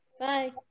Bye